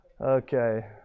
Okay